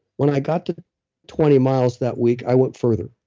when i got to twenty miles that week, i went further.